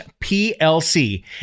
plc